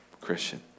Christian